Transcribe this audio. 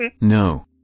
no